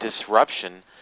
disruption